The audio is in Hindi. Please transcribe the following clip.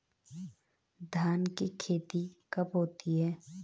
धान की खेती कब होती है?